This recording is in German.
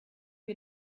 wie